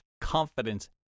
confidence